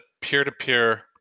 peer-to-peer